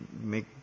make